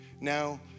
now